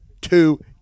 two